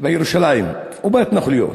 בירושלים ובהתנחלויות.